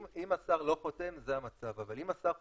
אם השר לא חותם זה המצב, אבל אם השר חותם,